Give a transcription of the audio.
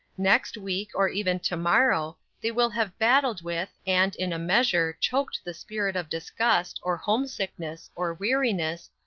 next week, or even to-morrow, they will have battled with, and, in a measure, choked the spirit of disgust, or homesickness, or weariness,